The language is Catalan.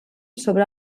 sobre